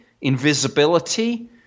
invisibility